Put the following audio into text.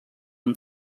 amb